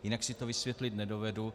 Jinak si to vysvětlit nedovedu.